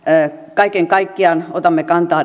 kaiken kaikkiaan otamme kantaa